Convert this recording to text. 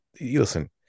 listen